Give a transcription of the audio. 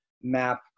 map